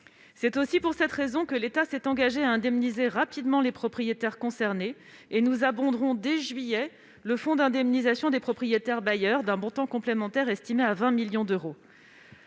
C'est aussi pour cette raison que l'État s'est engagé à indemniser rapidement les propriétaires concernés. Nous abonderons dès juillet prochain le fonds d'indemnisation des propriétaires bailleurs d'un montant complémentaire, estimé à 20 millions d'euros.